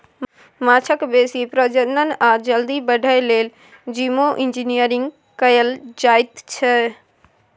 माछक बेसी प्रजनन आ जल्दी बढ़य लेल जीनोम इंजिनियरिंग कएल जाएत छै